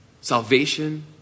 salvation